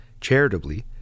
charitably